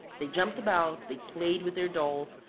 they jumped about, they played with their dolls,